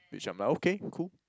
which I'm like okay cool